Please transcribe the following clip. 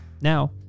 Now